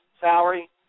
salary